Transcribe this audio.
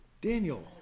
Daniel